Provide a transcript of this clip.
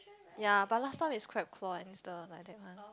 ya but last time it's crab claw and is the like that one